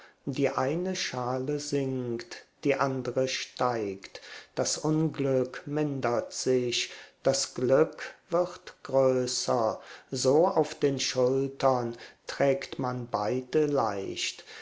die eine schale sinkt die andre steigt das unglück mindert sich das glück wird größer so auf den schultern trägt man beide leicht